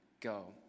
go